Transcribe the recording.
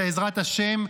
בעזרת השם,